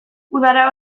udara